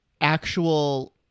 actual